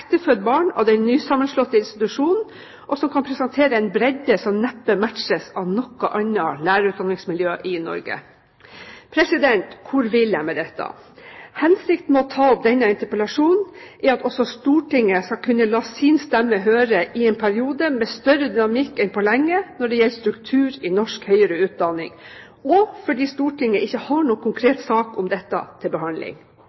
et ektefødt barn av den nysammenslåtte institusjonen som kan presentere en bredde som neppe matches av noe annet lærerutdanningsmiljø i Norge. Hvor vil jeg med dette? Hensikten med å ta opp denne interpellasjonen er at også Stortinget skal kunne la sin stemme høre i en periode med større dynamikk enn på lenge når det gjelder struktur i norsk høyere utdanning – og fordi Stortinget ikke har